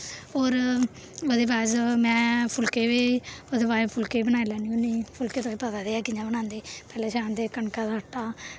होर ओह्दे बाद च में फुलके बी ओह्दे बाद फुलके बी बनाई लैन्नी होन्नीं फुलके तुसें गी पता ते है कि'यां बनांदे पैह्लें छानदे कनका दा आटा